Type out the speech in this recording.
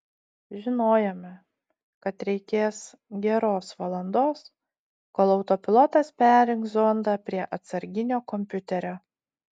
žinojome kad reikės geros valandos kol autopilotas perjungs zondą prie atsarginio kompiuterio